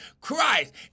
Christ